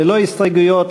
ללא הסתייגויות,